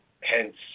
Hence